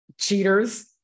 cheaters